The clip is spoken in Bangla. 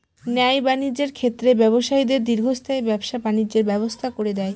ন্যায় বাণিজ্যের ক্ষেত্রে ব্যবসায়ীদের দীর্ঘস্থায়ী ব্যবসা বাণিজ্যের ব্যবস্থা করে দেয়